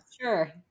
Sure